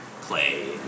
play